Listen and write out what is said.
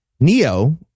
Neo